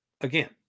Again